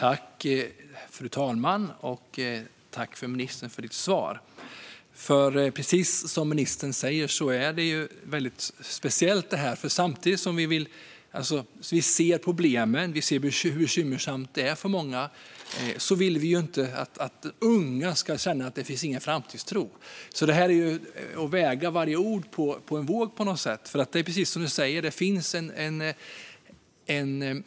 Fru talman! Precis som ministern säger är detta väldigt speciellt. Vi ser problemen och hur bekymmersamt det är för många. Samtidigt vill vi inte att unga ska känna att det inte finns något framtidshopp. Här måste man väga varje ord.